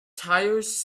tires